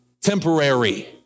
temporary